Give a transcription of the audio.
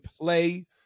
play